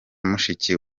mushiki